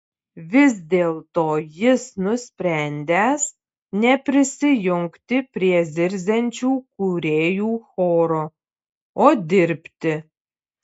vis dėlto jis nusprendęs neprisijungti prie zirziančių kūrėjų choro o dirbti